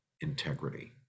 integrity